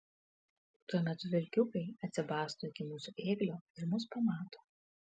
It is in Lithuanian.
tuo metu vilkiukai atsibasto iki mūsų ėglio ir mus pamato